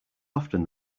often